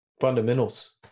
fundamentals